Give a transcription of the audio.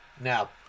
now